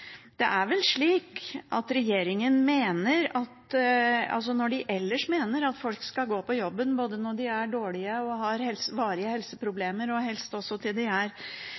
Det er vel slik at regjeringen mener, som de ellers gjør, at folk skal gå på jobben både når de er dårlige, når de har varige helseproblemer og helst også til de er